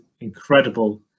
incredible